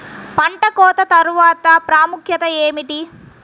పంట కోత తర్వాత ప్రాముఖ్యత ఏమిటీ?